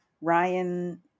Ryan